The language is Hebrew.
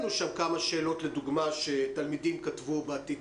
כמה שאלות לדוגמה שתלמידים כתבו ב- Tiktek,